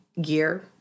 gear